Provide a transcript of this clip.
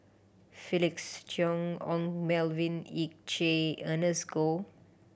Felix Cheong Ong Melvin Yik Chye Ernest Goh